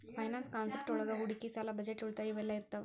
finance concept ಒಳಗ ಹೂಡಿಕಿ ಸಾಲ ಬಜೆಟ್ ಉಳಿತಾಯ ಇವೆಲ್ಲ ಇರ್ತಾವ